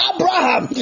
Abraham